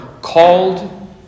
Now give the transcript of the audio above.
called